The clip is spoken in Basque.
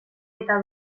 eta